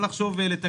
מה לחשוב לתקן.